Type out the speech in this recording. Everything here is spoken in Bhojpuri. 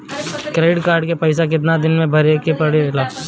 क्रेडिट कार्ड के पइसा कितना दिन में भरे के पड़ेला?